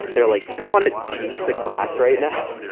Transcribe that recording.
they're like, do you want to teach the class right now?